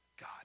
God